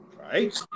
right